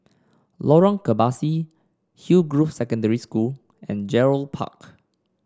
Lorong Kebasi Hillgrove Secondary School and Gerald Park